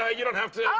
ah you don't have to